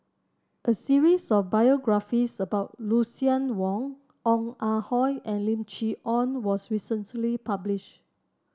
a series of biographies about Lucien Wang Ong Ah Hoi and Lim Chee Onn was recently published